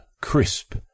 crisp